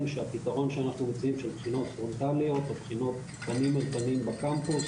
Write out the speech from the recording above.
שהפתרון שאנחנו מציעים של בחינות פרונטליות או בחינות פנים אל פנים בקמפוס,